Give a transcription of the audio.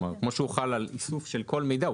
כמו שהוא חל על איסוף של כל מידע,